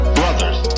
brothers